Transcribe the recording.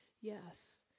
Yes